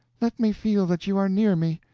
let me feel that you are near me!